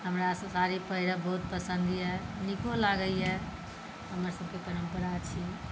हमरा से साड़ी पहिरब बहुत पसन्द यऽ नीको लागैए हमर सभकेँ परम्परा छी